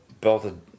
belted